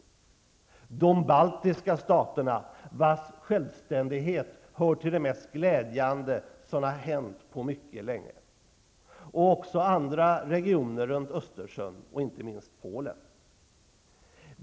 Det gäller de baltiska staterna, vilkas självständighet hör till det mest glädjande som hänt på mycket länge, och också andra regioner runt Östersjön, inte minst Polen.